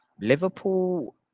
Liverpool